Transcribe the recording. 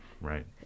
right